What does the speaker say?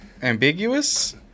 Ambiguous